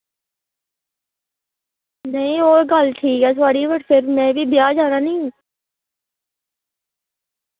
नेईं ओह् गल्ल ठीक ऐ थोआढ़ी पर फिर में बी ब्याह् जाना निं